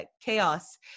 chaos